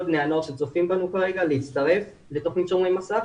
בני הנוער שצופים בנו כרגע להצטרף לתוכנית שומרי מסך.